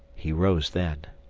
he rose then.